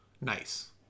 nice